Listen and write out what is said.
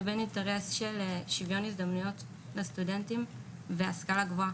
וגם על אינטרס של שוויון הזדמנויות לסטודנטים ושל השכלה גבוהה.